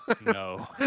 No